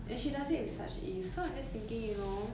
and she does it with such ease so I'm just thinking you know